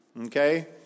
Okay